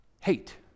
hate